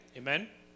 amen